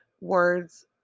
Words